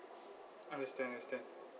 understand understand